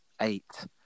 eight